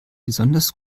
besonders